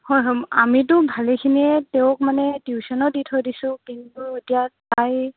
হয় হয় আমিতো ভালেখিনিয়েই তেওঁক মানে টিউচনো দি থৈ দিছোঁ কিন্তু এতিয়া তাই